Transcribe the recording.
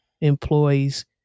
employees